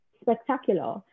spectacular